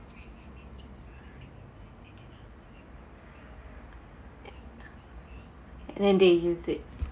and then they use it